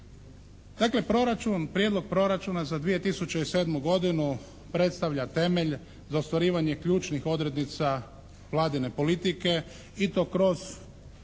proračun, Prijedlog proračuna za 2007. godinu predstavlja temelj za ostvarivanje ključnih odrednica Vladine politike i to kroz